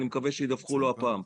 אני מקווה שידווחו לו הפעם.